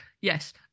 yes